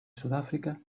sudáfrica